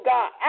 God